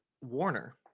warner